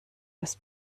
das